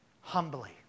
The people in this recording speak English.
humbly